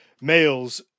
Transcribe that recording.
males